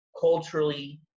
culturally